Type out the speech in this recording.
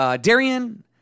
Darian